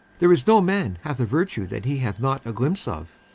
there is no man hath a virtue that he hath not a glimpse of,